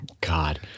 God